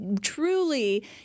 truly